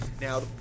Now